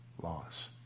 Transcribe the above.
Laws